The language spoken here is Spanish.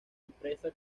empresa